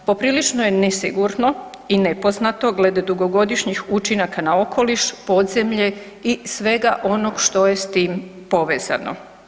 Poprilično je nesigurno i nepoznato glede dugogodišnjih učinaka na okoliš, podzemlje i svega onoga što je s tim povezano.